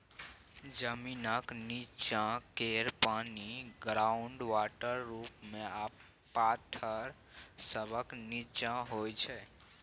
जमीनक नींच्चाँ केर पानि ग्राउंड वाटर रुप मे आ पाथर सभक नींच्चाँ होइ छै